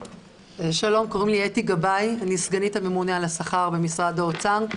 שלום, אני סגנית הממונה על השכר במשרד האוצר.